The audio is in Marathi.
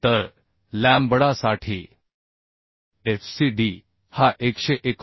तर लॅम्बडासाठी fcd हा 119 fy